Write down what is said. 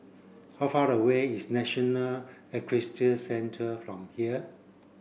how far away is National Equestrian Centre from here